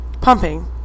pumping